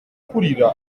gukurira